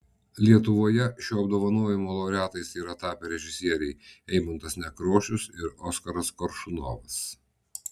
lietuvoje šio apdovanojimo laureatais yra tapę režisieriai eimuntas nekrošius ir oskaras koršunovas